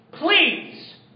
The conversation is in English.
Please